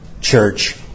church